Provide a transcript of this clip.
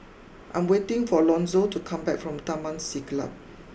I'm waiting for Lonzo to come back from Taman Siglap